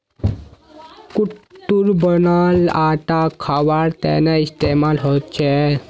कुट्टूर बनाल आटा खवार तने इस्तेमाल होचे